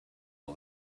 all